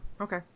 Okay